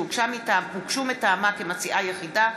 שהוגשו מטעמה כמציעה יחידה,